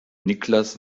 niklas